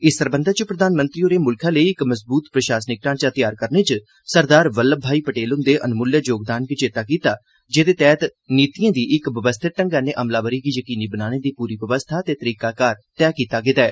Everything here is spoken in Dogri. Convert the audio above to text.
इस सरबंधे प्रधानमंत्री होरें म्ल्खै लेई इक मजूबत प्रशासनिक ढांचा त्यार करने च सरदार बल्लभ भाई पटेल हन्दे नमुल्ले योगदान दी चेते कीता जेदे तैहत नीतियें दी इक व्यवस्थित ढंगै नै अमलावरी गी यकीनी बनाने दी पूरी व्यवस्था ते तरीकाकार तैह कीता गेदा ऐ